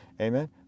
amen